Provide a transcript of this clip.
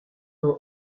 nom